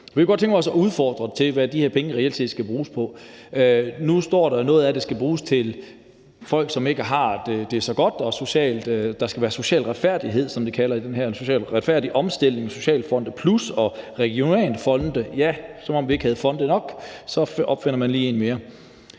Jeg kunne godt tænke mig også at udfordre, hvad de her penge reelt set skal bruges på. Nu står der, at noget af det skal bruges til folk, som ikke har det så godt, og at der skal være social retfærdighed, som de kalder det her, en social retfærdig omstilling, socialfonde plus og regionale fonde – ja, som om vi ikke havde fonde nok, opfinder man lige en mere.